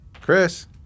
Chris